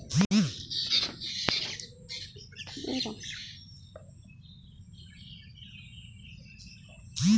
কৃষি লোন এ কৃষকদের সুদের হার কেমন হবে?